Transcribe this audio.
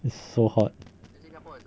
it's so hot